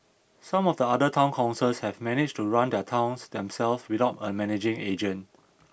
some of the other town councils have managed to run their towns themselves without a managing agent